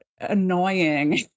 annoying